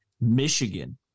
Michigan